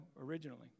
originally